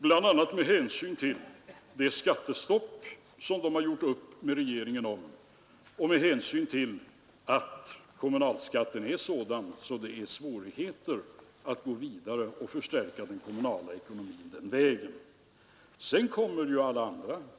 Bankerna har, som jag sade, expanderat sin utlåning som aldrig tidigare, och resultat redovisas också i bankernas verksamhetsberättelser. Skulle vi ha lagt de här 13 miljarderna i skötet på konsumenterna?